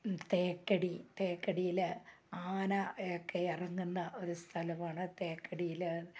തേക്കടി തേക്കടിയിലെ ആന ഒക്കെ ഇറങ്ങുന്ന ഒരു സ്ഥലമാണ് തേക്കടിയിൽ